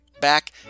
Back